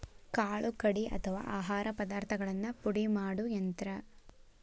ಕಾಳು ಕಡಿ ಅಥವಾ ಆಹಾರ ಪದಾರ್ಥಗಳನ್ನ ಪುಡಿ ಮಾಡು ಯಂತ್ರ